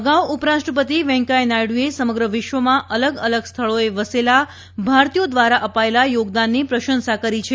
અગાઉ ઉપરાષ્ટ્રપતિ વેંકૈયા નાયડુએ સમગ્ર વિશ્વમાં અલગ અલગ સ્થળોએ વસેલા ભારતીયો દ્વારા અપાયેલા યોગદાનની પ્રશંસા કરી છે